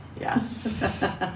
Yes